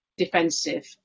defensive